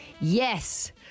yes